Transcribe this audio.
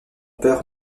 père